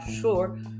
sure